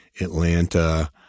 Atlanta